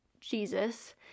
Jesus